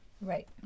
Right